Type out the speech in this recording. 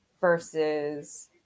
versus